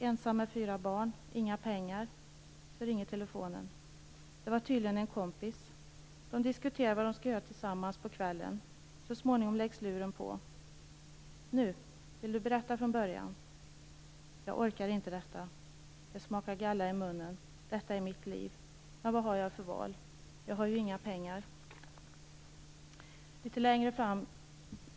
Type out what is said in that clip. Ensam med fyra barn, inga pengar. Så ringer telefonen. Det var tydligen en kompis. De diskuterar vad de ska göra tillsammans på kvällen. Så småningom läggs luren på. - Nu, vill du berätta från början! Jag orkar inte detta. Det smakar galla i munnen. Detta är mitt liv. Men vad har jag för val. Jag har ju inga pengar.